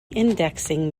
indexing